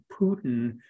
Putin